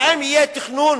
האם התכנון